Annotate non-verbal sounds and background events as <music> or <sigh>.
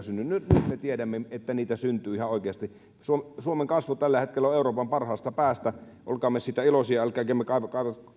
<unintelligible> synny nyt me tiedämme että niitä syntyy ihan oikeasti suomen suomen kasvu on tällä hetkellä euroopan parhaasta päästä olkaamme siitä iloisia älkäämme kaivoko